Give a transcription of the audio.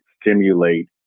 stimulate